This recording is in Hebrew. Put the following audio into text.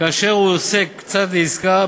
כאשר עוסק הוא צד לעסקה.